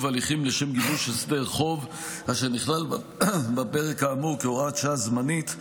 הליכים לשם גיבוש הסדר חוב אשר נכלל בפרק האמור כהוראת שעה זמנית,